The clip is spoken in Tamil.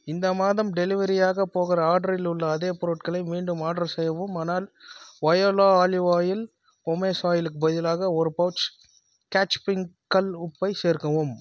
இந்த மாதம் டெலிவரியாகப் போகிற ஆர்டரில் உள்ள அதே பொருட்களை மீண்டும் ஆர்டர் செய்யவும் ஆனால் வொயலா ஆலிவ் ஆயில் பொமேஸ் ஆயிலுக்கு பதிலாக ஒரு பவுச் கேட்ச் பிங்க் கல் உப்பை சேர்க்கவும்